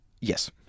Yes